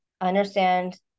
understand